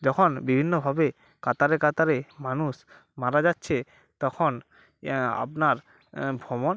যখন বিভিন্নভাবে কাতারে কাতারে মানুষ মারা যাচ্ছে তখন আপনার ভ্রমণ